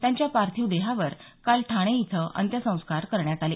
त्यांच्या पार्थिव देहावर काल ठाणे इथं अंत्यसंस्कार करण्यात आले